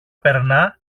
περνά